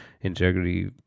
integrity